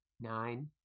nine